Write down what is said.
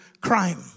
crime